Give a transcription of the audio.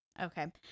Okay